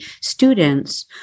students